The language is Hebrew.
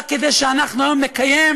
רק כדי שאנחנו היום נקיים